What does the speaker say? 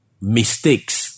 mistakes